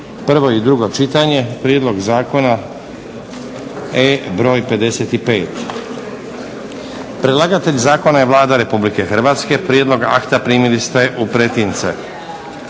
prvo i drugo čitanje, P.Z.E. br. 55. Predlagatelj zakona je Vlada Republike Hrvatske. Prijedlog akta primili ste u pretince.